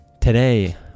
Today